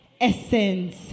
essence